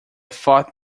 thought